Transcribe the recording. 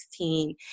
2016